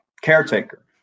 Caretaker